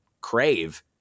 crave